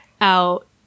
out